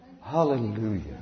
Hallelujah